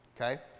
okay